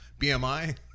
BMI